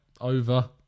over